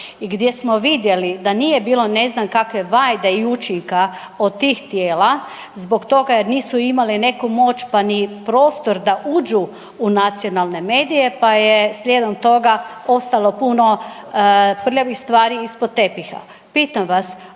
i gdje smo vidjeli da nije bilo ne znam kakve vajde i učinka od tih tijela zbog toga jer nisu imali neku moć pa ni prostor da uđu nacionalne medije pa je slijedom toga ostalo puno prljavih stvari ispod tepiha.